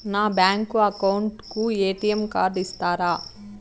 నా bank account కు ATM card ఇస్తారా